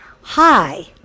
Hi